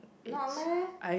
not meh